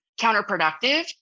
counterproductive